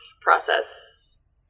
process